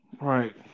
Right